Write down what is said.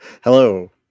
Hello